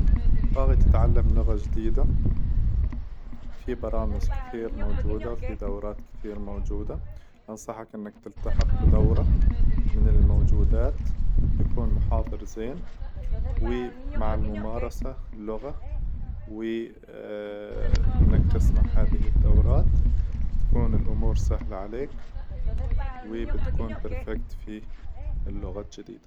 باغي تتعلم لغة جديدة، في برامج كثير موجودة، وفي دورات كثير موجودة، انصحك إنك تلتحق بدورة من الموجودات يكون محاظر زين، ومع الممارسة للغة، و إنك تسمع هذي الدورات بتكون الأمور سهلة عليك، وبيتكون برفكت في اللغة الجديدة.